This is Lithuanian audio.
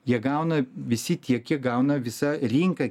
jie gauna visi tiek kiek gauna visa rinka